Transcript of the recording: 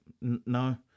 No